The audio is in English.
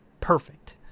perfect